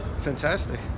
Fantastic